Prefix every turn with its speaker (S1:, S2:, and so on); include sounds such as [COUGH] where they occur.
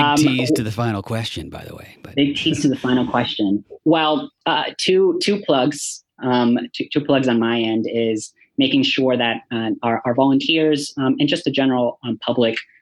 S1: Um,
S2: tease to
S1: w-
S2: the final question, by the way, but-
S1: Big tease to the final
S2: [LAUGHS]
S1: question. Well, uh, two- two plugs, um, two- two plugs on my end is making sure that, uh, our- our volunteers, um, and just the general, um, public